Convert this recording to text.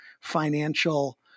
financial